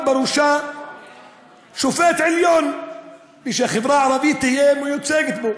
בראשה שופט העליון ושהחברה הערבית תהיה מיוצגת בה.